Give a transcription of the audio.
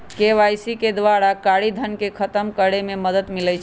KYC के द्वारा कारी धन के खतम करए में मदद मिलइ छै